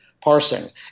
Parsing